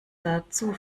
dazu